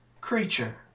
creature